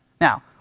Now